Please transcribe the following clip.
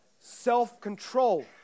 Self-control